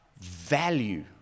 value